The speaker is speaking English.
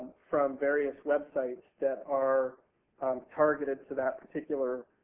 from various websites that are targeted to that particular